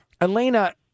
Elena